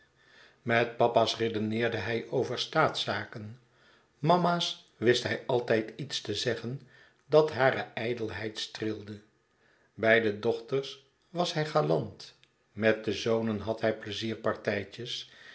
met papa's redeneerde hij over staatszaken mama's wist hij altijd iets te zeggen dat hare ijdelheid streelde bij de dochters was hij galant met de zonen had hij